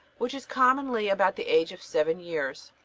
which is commonly about the age of seven years.